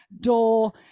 door